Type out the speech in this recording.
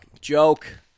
Joke